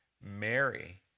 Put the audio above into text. Mary